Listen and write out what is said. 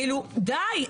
כאילו, די.